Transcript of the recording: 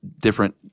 different